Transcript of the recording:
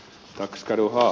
anteeksi sinuttelu